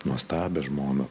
nuostabią žmoną